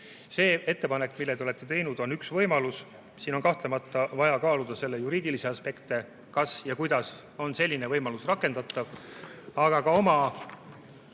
See ettepanek, mille te olete teinud, on üks võimalus. Siin on kahtlemata vaja kaaluda selle juriidilisi aspekte, kas ja kuidas on selline võimalus rakendatav. Aga ka oma